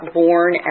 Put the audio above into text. born